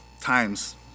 times